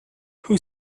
who